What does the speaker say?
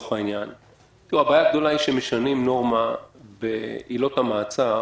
הבעיה הגדולה היא שמשנים נורמה בעילות המעצר